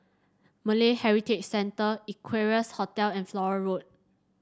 Malay Heritage Centre Equarius Hotel and Flora Road